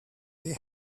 they